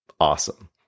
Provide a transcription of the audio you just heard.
awesome